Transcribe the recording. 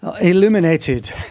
illuminated